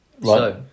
right